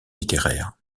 littéraire